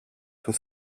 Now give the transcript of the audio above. του